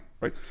right